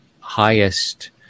highest